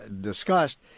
discussed